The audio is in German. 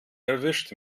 erwischt